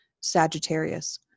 Sagittarius